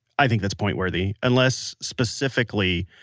i think that's point-worthy. unless, specifically,